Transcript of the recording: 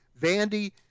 Vandy